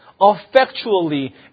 effectually